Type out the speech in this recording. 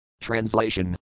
Translation